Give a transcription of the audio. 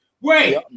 Wait